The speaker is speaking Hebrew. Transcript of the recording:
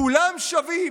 כולם שווים,